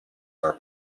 are